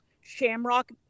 shamrock